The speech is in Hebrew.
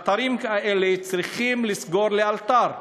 את האתרים האלה צריכים לסגור לאלתר.